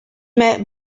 met